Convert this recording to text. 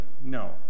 No